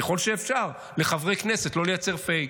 ככל שאפשר לחברי כנסת לא לייצר פייק.